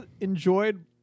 enjoyed